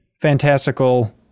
fantastical